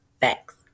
facts